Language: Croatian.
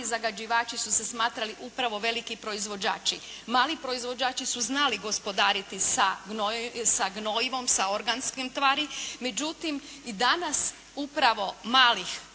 zagađivači su se smatrali upravo veliki proizvođači. Mali proizvođači su znali gospodariti sa gnojivom, sa organskom tvari, međutim i danas upravo malih